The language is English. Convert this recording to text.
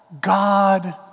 God